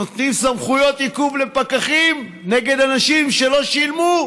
נותנים סמכויות עיכוב לפקחים נגד אנשים שלא שילמו.